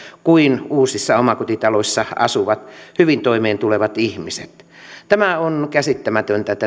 kuin uusissa omakotitaloissa asuvat hyvin toimeentulevat ihmiset on käsittämätöntä että